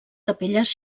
capelles